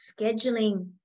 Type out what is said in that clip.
scheduling